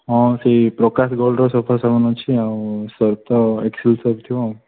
ହଁ ସେଇ ପ୍ରକାଶ ଗୋଲ୍ଡର ସଫା ସାବୁନ ଅଛି ନା ଆଉ ସର୍ଫ ତ ଏକ୍ସସେଲ୍ ସର୍ଫ ଥିବ ଆଉ